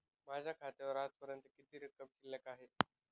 माझ्या खात्यावर आजपर्यंत किती रक्कम शिल्लक आहे?